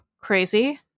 crazy